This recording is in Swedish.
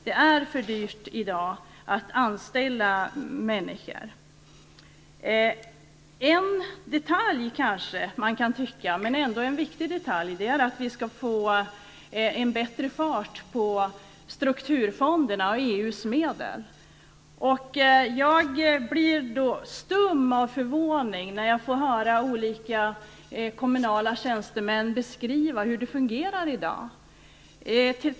Det är för dyrt i dag att anställa människor. En som man kan tycka detalj, men ändå en viktig sådan är att vi måste få bättre fart på strukturfonderna och EU:s medel. Jag blir stum av förvåning när jag hör olika kommunala tjänstemän beskriva hur det fungerar i dag.